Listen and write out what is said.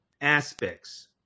aspects